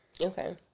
Okay